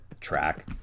track